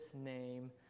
name